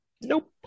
Nope